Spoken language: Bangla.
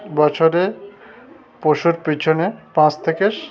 বছরে পশুর পিছনে পাঁচ থেকে